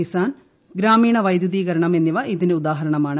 കിസാൻ ഗ്രാമീണ വൈദ്യുതീകരണം എന്നിവ ഇതിന് ഉദാഹരണമാണ്